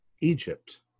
Egypt